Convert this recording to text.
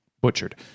butchered